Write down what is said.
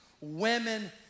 women